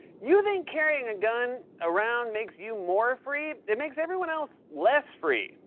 you think carrying a gun around makes you more free? it makes everyone else less free.